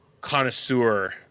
connoisseur